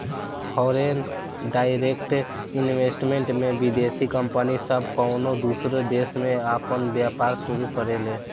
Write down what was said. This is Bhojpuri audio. फॉरेन डायरेक्ट इन्वेस्टमेंट में विदेशी कंपनी सब कउनो दूसर देश में आपन व्यापार शुरू करेले